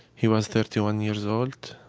he was thirty one years old,